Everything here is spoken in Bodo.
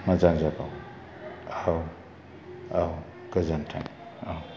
मोजां जागौ औ औ गोजोन्थों औ